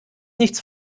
nichts